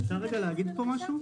אפשר להגיד משהו?